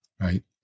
Right